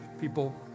people